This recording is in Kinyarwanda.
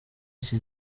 iki